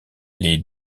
les